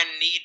need